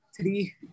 three